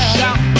Shout